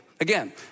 Again